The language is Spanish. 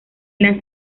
las